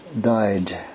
died